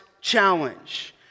challenge